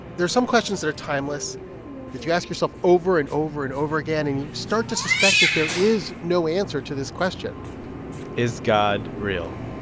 there are some questions that are timeless that you ask yourself over and over and over again, and you start to suspect that there is no answer to this question is god real?